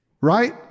Right